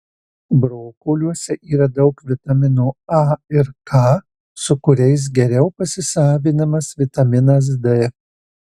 brokoliuose yra daug vitaminų a ir k su kuriais geriau pasisavinamas vitaminas d